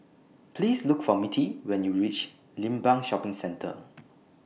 Please Look For Mittie when YOU REACH Limbang Shopping Centre